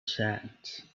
sands